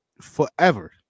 forever